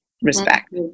respect